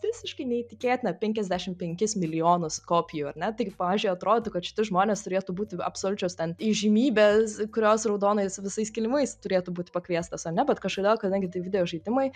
visiškai neįtikėtina penkiasdešim penkis milijonus kopijų ar ne tai pavyzdžiui atrodytų kad šitie žmonės turėtų būti absoliučios ten įžymybės kurios raudonais visais kilimais turėtų būti pakviestos ane bet kažkodėl kadangi tai videožaidimai